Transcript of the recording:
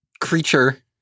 creature